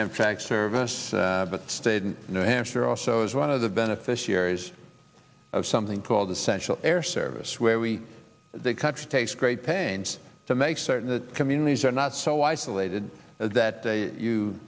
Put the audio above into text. mtrak service but stayed in new hampshire also as one of the beneficiaries of something called the central air service where we the country takes great pains to make certain that communities are not so isolated that